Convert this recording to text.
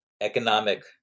economic